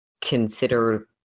consider